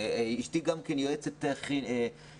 אשתי גם כן יועצת חינוכית,